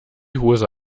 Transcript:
hose